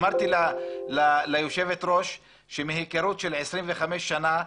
אמרתי ליושבת ראש שמהיכרות של 25 שנים,